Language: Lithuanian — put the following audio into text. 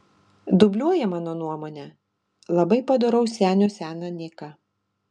dubliuoja mano nuomone labai padoraus senio seną niką